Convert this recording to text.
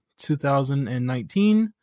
2019